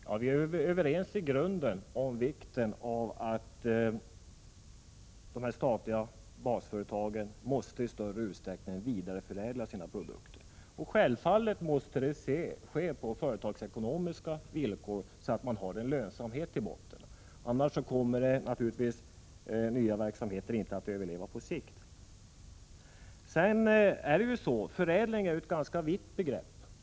Herr talman! I grunden är vi överens om vikten av att de statliga basföretagen i större utsträckning vidareförädlar sina produkter. Självfallet måste det ske på företagsekonomiska villkor. I botten måste ju finnas en lönsamhet. Annars kommer, naturligtvis, nya verksamheter inte att överleva på sikt. Förädling är emellertid ett ganska vitt begrepp.